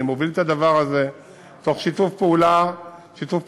אני מוביל את הדבר הזה תוך שיתוף פעולה מלא.